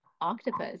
octopus